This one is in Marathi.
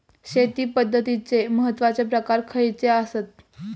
शेती पद्धतीचे महत्वाचे प्रकार खयचे आसत?